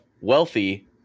wealthy